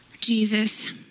Jesus